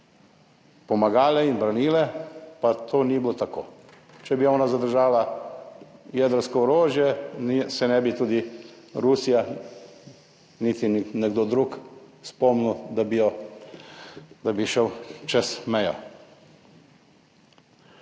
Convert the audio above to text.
pomagale in branile, pa to ni bilo tako. Če bi ona zadržala jedrsko orožje, se ne bi tudi Rusija, niti nekdo drug spomnil, da bi jo, da bi šel čez mejo.